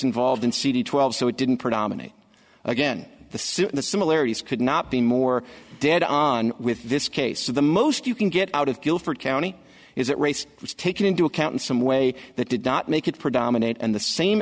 involved in cd twelve so it didn't predominate again the the similarities could not be more dead on with this case of the most you can get out of guilford county is that race was taken into account in some way that did not make it predominate and the same